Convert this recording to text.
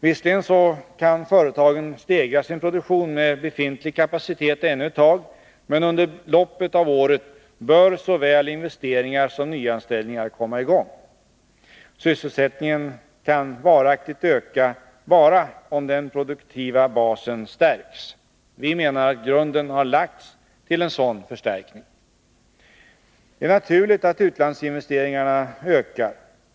Visserligen kan företagen stegra sin produktion med befintlig kapacitet ännu ett tag, men under loppet av året bör såväl investeringar som nyanställningar komma i gång. Sysselsättningen kan varaktigt öka bara om den produktiva basen stärks. Vi menar att grunden har lagts till en sådan förstärkning. Det är naturligt att utlandsinvesteringarna ökar.